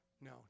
No